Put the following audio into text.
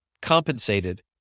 compensated